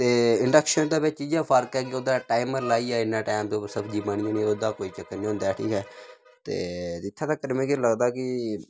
ते इंडक्शन दे बिच्च इटयै फर्क ऐ ओह्दे टाइमर लाइयै इ'न्ना टाइम दे उप्पर सब्जी बननी ओह्दा कोई चक्कर नी होंदा ऐ ठीक ऐ ते जित्थे तकर मी लगदा कि